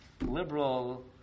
liberal